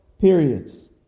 periods